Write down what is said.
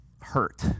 hurt